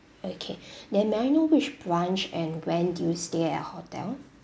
okay then may I know which branch and when do you stay at hotel